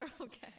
okay